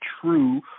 true